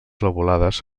lobulades